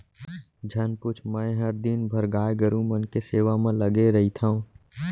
झन पूछ मैंहर दिन भर गाय गरू मन के सेवा म लगे रइथँव